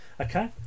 okay